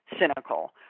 cynical